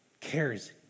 cares